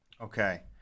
Okay